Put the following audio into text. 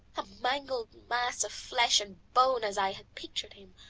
a mangled mass of flesh and bone as i had pictured him.